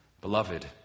Beloved